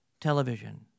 television